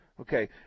Okay